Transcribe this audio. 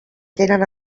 tenen